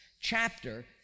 chapter